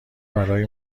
برای